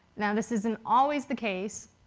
now this isn't always the case,